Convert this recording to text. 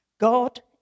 God